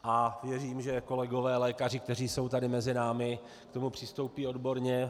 A věřím, že kolegové lékaři, kteří jsou tady mezi námi, k tomu přistoupí odborně.